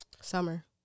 Summer